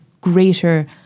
greater